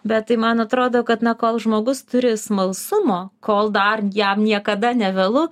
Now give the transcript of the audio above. bet tai man atrodo kad na kol žmogus turi smalsumo kol dar jam niekada nevėlu